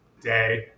day